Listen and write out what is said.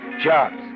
Jobs